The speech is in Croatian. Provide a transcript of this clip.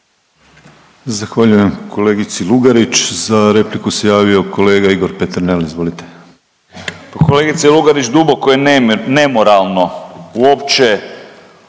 Zahvaljujem kolegici Lugarić. Za repliku se javio kolega Igor Peternel, izvolite. **Peternel, Igor (DP)** Kolegice Lugarić duboko je nemoralno uopće